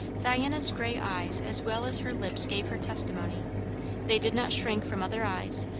diana's grey eyes as well as her lips gave her testimony they did not shrink from other eyes,